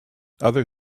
other